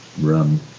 run